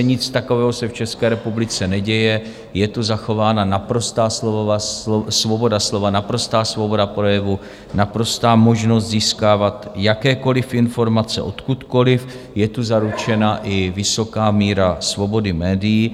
Nic takového se v České republice neděje, je tu zachována naprostá svoboda slova, naprostá svoboda projevu, naprostá možnost získávat jakékoliv informace odkudkoliv, je tu zaručena i vysoká míra svobody médií.